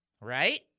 right